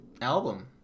album